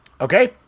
Okay